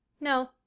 No